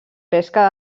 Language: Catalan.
pesca